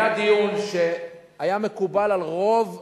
היה דיון שהיה מקובל על רוב הגורמים,